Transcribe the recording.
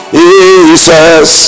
jesus